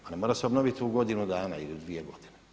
Pa ne mora se obnoviti u godinu dana ili u dvije godine.